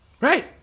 Right